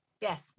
Yes